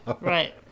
Right